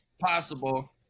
possible